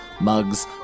mugs